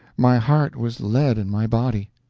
my heart was lead in my body!